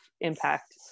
impact